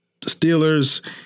Steelers